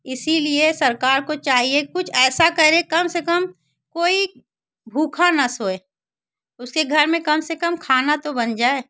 इसीलिए सरकार को चाहिए कुछ ऐसा करे कम से कम कोई भूखा ना सोए उसके घर में कम से कम खाना तो बन जाए